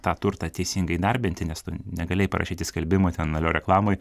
tą turtą teisingai įdarbinti nes tu negalėjai parašyti skelbimo ten alio reklamoj